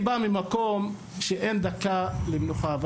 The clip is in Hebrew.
אני בא ממקום בו אין דקה למנוחה.